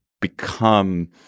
become